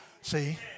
See